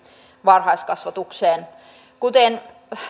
varhaiskasvatukseen